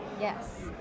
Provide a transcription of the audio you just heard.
Yes